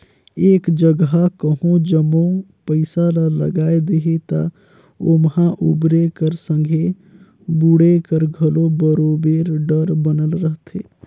एक जगहा कहों जम्मो पइसा ल लगाए देहे ता ओम्हां उबरे कर संघे बुड़े कर घलो बरोबेर डर बनल रहथे